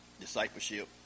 discipleship